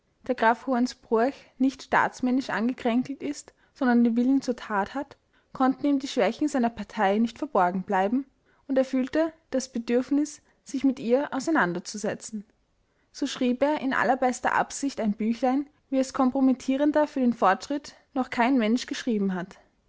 der parteien da graf hoensbroech nicht staatsmännisch angekränkelt ist sondern den willen zur tat hat konnten ihm die schwächen seiner partei nicht verborgen bleiben und er fühlte das bedürfnis sich mit ihr auseinanderzusetzen so schrieb er in allerbester absicht ein büchlein wie es kompromittierender für den fortschritt noch kein mensch geschrieben hat